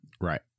Right